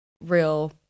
real